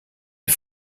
est